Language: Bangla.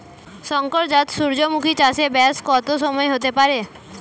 শংকর জাত সূর্যমুখী চাসে ব্যাস কত সময় হতে পারে?